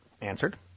answered